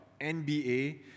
NBA